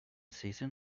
season